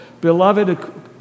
Beloved